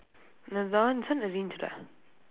no that one this one arranged lah